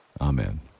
Amen